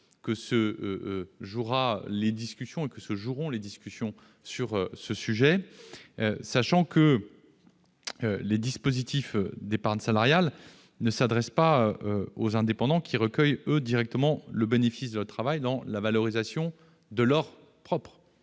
que se joueront les discussions sur le sujet, sachant que les dispositifs d'épargne salariale ne s'adressent pas aux indépendants, qui recueillent, eux, directement le bénéfice de leur travail à travers la valorisation de leur propre